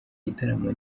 gitaramo